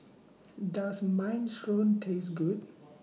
Does Minestrone Taste Good